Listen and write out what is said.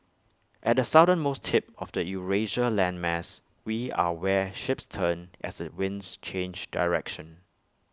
at the southernmost tip of the Eurasia landmass we are where ships turn as the winds change direction